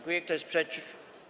Kto jest przeciw?